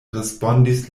respondis